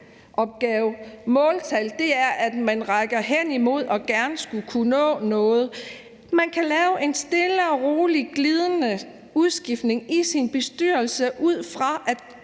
Måltal er, at man rækker hen imod gerne at skulle kunne nå noget. Man kan lave en stille og rolig glidende udskiftning i sin bestyrelse, ud fra at